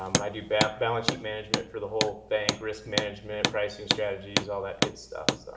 um i do bal, balance sheet management for the whole bank, risk management, pricing strategies, all that good stuff.